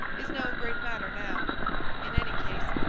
is no great matter now in any case,